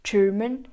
German